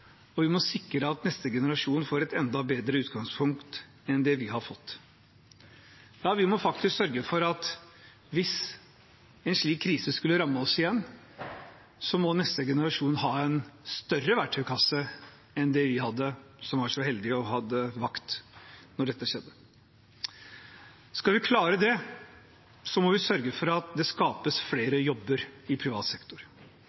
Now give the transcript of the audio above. og vi må sikre at neste generasjon får et enda bedre utgangspunkt enn vi har fått. Ja, vi må faktisk sørge for at hvis en slik krise skulle ramme oss igjen, så må neste generasjon har en større verktøykasse enn vi som var så heldige å ha vakt da dette skjedde, hadde. Skal vi klare det, må vi sørge for at det skapes flere jobber i privat sektor.